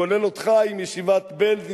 כולל אותך עם ישיבת בעלז,